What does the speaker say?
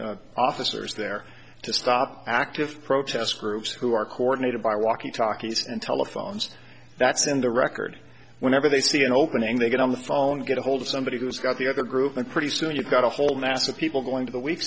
enough officers there to stop active protest groups who are coordinated by walkie talkies and telephones that's in the record whenever they see an opening they get on the phone get a hold of somebody who's got the other group and pretty soon you've got a whole mass of people going to the weak